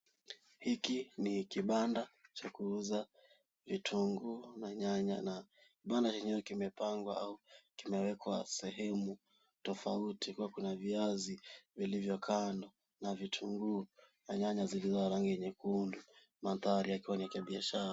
Hiki ni kibanda cha kuuza vitunguu na nyanya na kibanda chenyewe kimepangwa au kimewekwa sehemu tofauti. Kuna viazi vilivyo kando na vitunguu na nyanya zilizo na rangi nyekundu, mandhari yakiwa ni ya biashara.